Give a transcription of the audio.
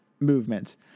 movement